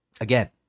again